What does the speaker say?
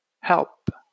help